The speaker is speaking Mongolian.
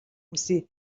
хүсье